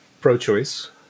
pro-choice